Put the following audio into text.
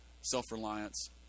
self-reliance